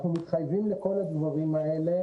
אנחנו מתחייבים לכל הדברים האלה